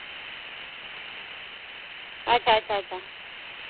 ᱟᱪᱪᱷᱟ ᱟᱪᱪᱷᱟ ᱟᱪᱪᱷᱟ ᱟᱪᱪᱷᱟ